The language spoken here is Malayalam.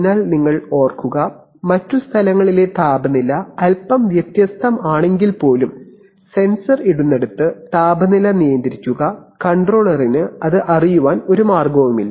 അതിനാൽ നിങ്ങൾ ഓർക്കുക മറ്റ് സ്ഥലങ്ങളിലെ താപനില അല്പം വ്യത്യസ്തമാണെങ്കിൽപ്പോലും ഉണ്ട് sensor ഇല്ലാത്തതുകൊണ്ട് കൺട്രോളറിന് അത് അറിയാൻ ഒരു മാർഗവുമില്ല